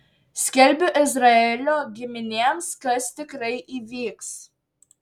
skelbiu izraelio giminėms kas tikrai įvyks